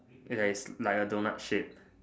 that is like a donut shape